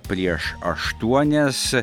prieš aštuonias